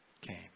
came